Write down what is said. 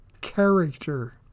character